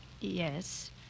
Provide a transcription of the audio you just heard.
Yes